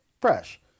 fresh